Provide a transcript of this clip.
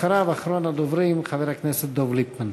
אחריו, אחרון הדוברים, חבר הכנסת דב ליפמן.